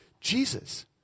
Jesus